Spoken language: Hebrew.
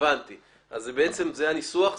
הניסוח ב-(ג)?